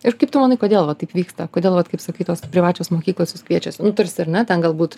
ir kaip tu manai kodėl va taip vyksta kodėl vat kaip sakai tos privačios mokyklos jus kviečiasi nu tarsi ar ne ten galbūt